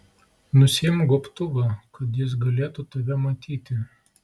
nusiimk gobtuvą kad jis galėtų tave matyti